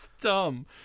dumb